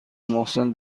محسن